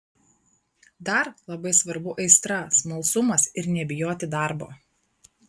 dar labai svarbu aistra smalsumas ir nebijoti darbo